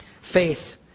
Faith